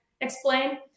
explain